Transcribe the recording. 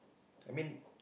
I mean